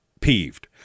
peeved